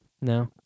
No